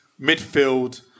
midfield